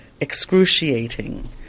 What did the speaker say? excruciating